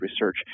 research